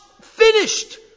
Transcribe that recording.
finished